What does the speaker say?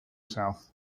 south